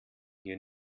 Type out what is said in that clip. hier